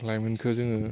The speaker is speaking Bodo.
लाइमोनखौ जोङो